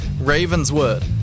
Ravenswood